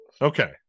Okay